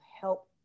help